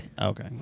Okay